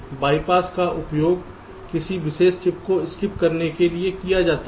BYPASS का उपयोग किसी विशेष चिप को स्किप करने के लिए किया जाता है